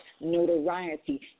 notoriety